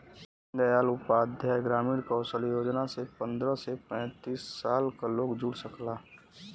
दीन दयाल उपाध्याय ग्रामीण कौशल योजना से पंद्रह से पैतींस साल क लोग जुड़ सकला